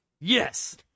Yes